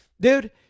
dude